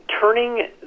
turning